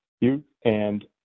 You-and